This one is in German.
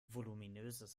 voluminöses